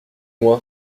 moi